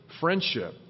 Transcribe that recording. friendship